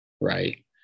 right